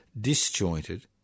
disjointed